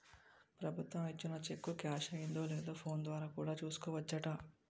ప్రభుత్వం ఇచ్చిన cheque cash అయిందో లేదో ఫోన్ ద్వారా కూడా చూసుకోవచ్చట